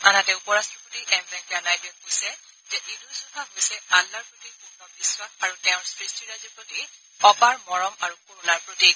আনহাতে উপৰাট্টপতি এম ভেংকায়া নাইডুয়ে কৈছে যে ঈদ ঊজ জোহা হৈছে আল্লাৰ প্ৰতি পূৰ্ণ বিশ্বাস আৰু তেওঁৰ সৃষ্টিৰাজিৰ প্ৰতি অপাৰ মৰম আৰু কৰুণাৰ প্ৰতীক